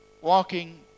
Walking